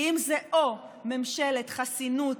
כי אם זה או ממשלת חסינות,